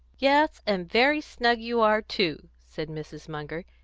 yes, and very snug you are, too, said mrs. munger,